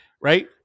Right